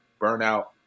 burnout